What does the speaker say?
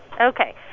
Okay